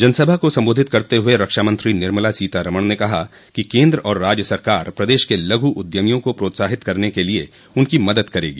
जनसभा को सम्बोधित करते हुए रक्षामंत्री निर्मला सीतारमण ने कहा कि केन्द्र और राज्य सरकार प्रदेश के लघु उद्यमियों को प्रोत्साहित करने के लिए उनकी मदद करेगी